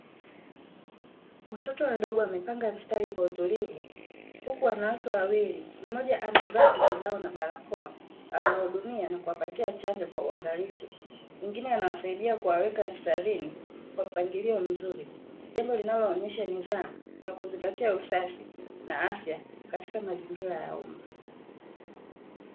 Watoto wadogo wamepanga mstari kwa utulivu, huku wanawake wawili (mmoja amevaa kizibao na barakoa anawahudumia na kuwapatia chanjo kwa uangalifu, mwingine anawasaidia kuwaweka mstarini kwa mpangilio mzuri). Jambo linaloonyesha nidhamu na kuzingatia usafi na afya katika mazingira ya umma.